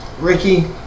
Ricky